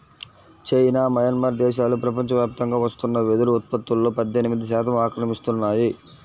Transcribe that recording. China, Myanmar దేశాలు ప్రపంచవ్యాప్తంగా వస్తున్న వెదురు ఉత్పత్తులో పద్దెనిమిది శాతం ఆక్రమిస్తున్నాయి